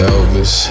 Elvis